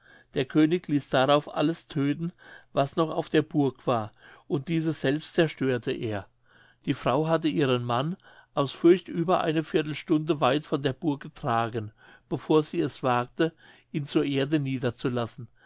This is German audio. der könig ließ darauf alles tödten was noch auf der burg war und diese selbst zerstörte er die frau hatte ihren mann aus furcht über eine viertelstunde weit von der burg getragen bevor sie es wagte ihn zur erde niederzulassen